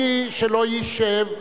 מי שלא ישב,